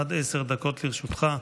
עד עשר דקות לרשותך.